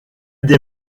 des